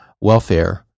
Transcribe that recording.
welfare